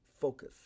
focus